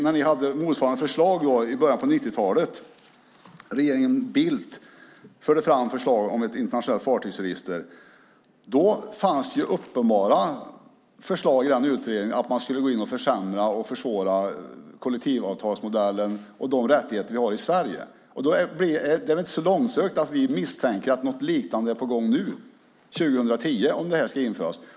Ni hade motsvarande förslag i början av 90-talet. Regeringen Bildt förde fram förslag om ett internationellt fartygsregister. Då fanns det uppenbara förslag i utredningen om att man skulle gå in och försämra och försvåra kollektivavtalsmodellen och när det gäller de rättigheter som vi har i Sverige. Det är väl inte så långsökt att vi misstänker att något liknande är på gång nu, 2010, om det här ska införas.